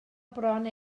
bron